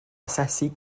asesu